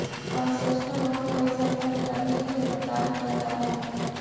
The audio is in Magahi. कंसेशनल लोन कोई संस्था के कर्मी के प्रदान कैल जा हइ